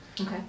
Okay